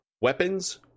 Weapons